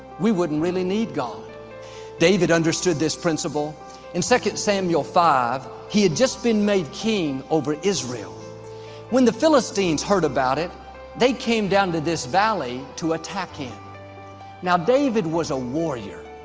we wouldn't really need god david understood this principle in second samuel five he had just been made king over israel when the philistines heard about it they came down to this valley to attack him now david was a warrior.